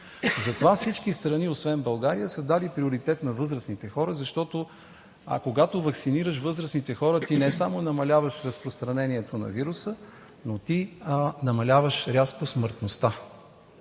Затова всички страни, освен България, са дали приоритет на възрастните хора, защото, когато ваксинираш възрастните хора, ти не само намаляваш разпространението на вируса, но намаляваш рязко смъртността.